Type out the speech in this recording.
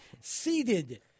Seated